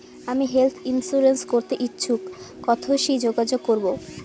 আমি health insurance করতে ইচ্ছুক কথসি যোগাযোগ করবো?